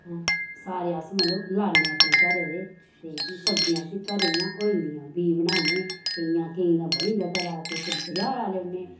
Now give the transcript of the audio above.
सारे अस मतलव लान्ने अपने घरे दे ते फ्ही सब्जियां असैं घरे दियां होई जंदियां बीऽ बनाने केईंया केईं दा बनी जंदा घरा किश बज़ारा लेऔने